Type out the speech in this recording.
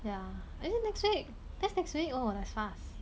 ya is it next week that's next week oh that's fast